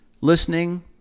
listening